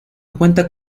cuenta